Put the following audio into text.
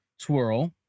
Twirl